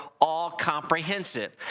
all-comprehensive